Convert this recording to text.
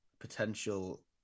potential